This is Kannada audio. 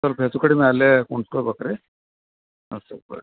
ಸ್ವಲ್ಪ ಹೆಚ್ಚು ಕಡ್ಮೆ ಅಲ್ಲೇ ಕುಂಸ್ಕೊಬೇಕು ರೀ ಹಾಂ